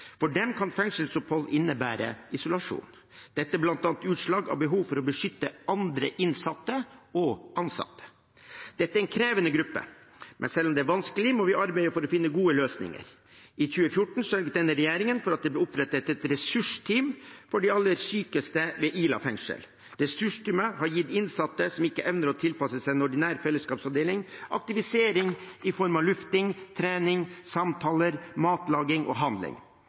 For dem kan fengselsopphold innebære isolasjon. Det er bl.a. et utslag av behovet for å beskytte andre innsatte og ansatte. Dette er en krevende gruppe, men selv om det er vanskelig, må vi arbeide for å finne gode løsninger. I 2014 sørget denne regjeringen for at det ble opprettet et ressursteam for de aller sykeste ved Ila fengsel. Ressursteamet har gitt innsatte som ikke evner å tilpasse seg en ordinær fellesskapsavdeling, aktivisering i form av lufting, trening, samtaler, matlaging og handling.